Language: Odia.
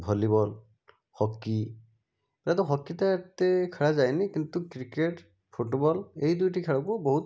ଭଲିବଲ୍ ହକି ଯେହେତୁ ହକିଟା ଏତେ ଖେଳା ଯାଏନି କିନ୍ତୁ କ୍ରିକେଟ୍ ଫୁଟୁବଲ୍ ଏହି ଦୁଇଟି ଖେଳକୁ ବହୁତ